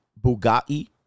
Bugatti